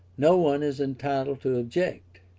no one is entitled to object